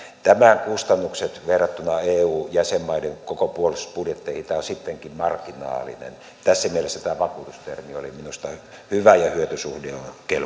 tämän kustannukset verrattuna eun jäsenmaiden koko puolustusbudjetteihin ovat sittenkin marginaaliset tässä mielessä tämä vakuutus termi oli minusta hyvä ja hyötysuhde